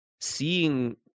seeing